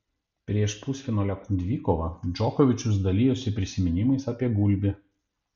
prieš pusfinalio dvikovą džokovičius dalijosi prisiminimais apie gulbį